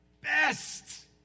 best